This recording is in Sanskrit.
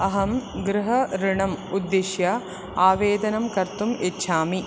अहं गृह ऋणम् उद्दिश्य आवेदनं कर्तुम् इच्छामि